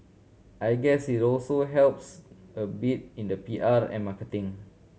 I guess it also helps a bit in the P R and marketing